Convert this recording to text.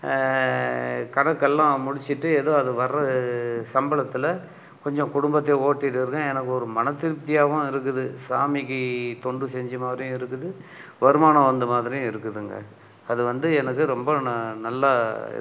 கணக்கெல்லாம் முடிச்சிவிட்டு ஏதோ அது வர்ற சம்பளத்தில் கொஞ்சம் குடும்பத்தையும் ஓட்டிட்டுடிருக்கேன் எனக்கு ஒரு மனதிருப்தியாகவும் இருக்குது சாமிக்கு தொண்டு செஞ்ச மாதிரியும் இருக்குது வருமானம் வந்த மாதிரியும் இருக்குதுங்க அது வந்து எனக்கு ரொம்ப நல்லா இருக்குங்க